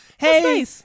Hey